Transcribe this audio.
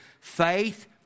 Faith